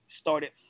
started